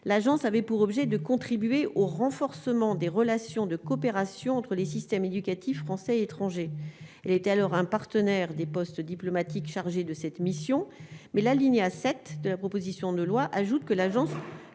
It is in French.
l'agence avait pour objet de contribuer au renforcement des relations de coopération entre les systèmes éducatifs français et étrangers, il était alors un partenaire des postes diplomatiques chargé de cette mission mais l'alinéa 7 de la proposition de loi ajoute que l'agence